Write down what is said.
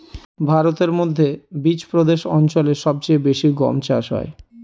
ভারতের মধ্যে বিচপ্রদেশ অঞ্চলে সব চেয়ে বেশি গম চাষ হয়